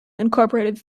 incorporated